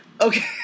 okay